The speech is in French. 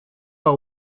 pas